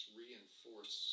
reinforce